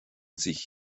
sich